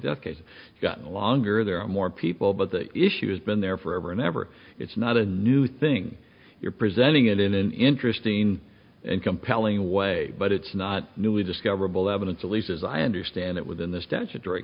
decade got longer there are more people but the issue has been there forever and ever it's not a new thing you're presenting it in an interesting and compelling way but it's not newly discovered bill evidence at least as i understand it within the statutory